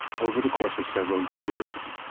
over the course of several years,